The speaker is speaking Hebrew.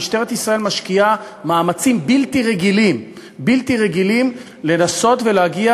משטרת ישראל משקיעה מאמצים בלתי רגילים לנסות ולהגיע